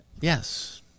Yes